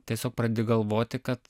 tiesiog pradedi galvoti kad